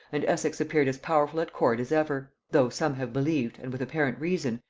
and essex appeared as powerful at court as ever though some have believed, and with apparent reason,